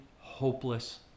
hopeless